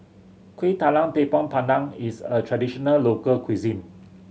Kuih Talam Tepong Pandan is a traditional local cuisine